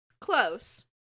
Close